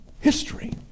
History